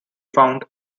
found